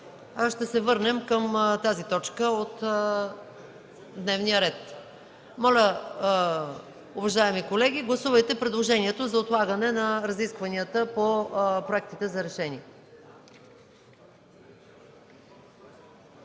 ще се върнем към тази точка от дневния ред. Моля, уважаеми колеги, гласувайте предложението за отлагане на разискванията по проектите за решения.